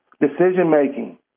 decision-making